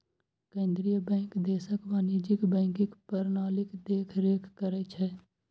केंद्रीय बैंक देशक वाणिज्यिक बैंकिंग प्रणालीक देखरेख करै छै